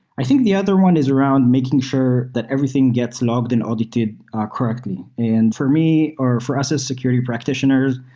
i think the other one is around making sure that everything everything gets logs and audited ah correctly. and for me, or for us as security practitioners,